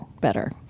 better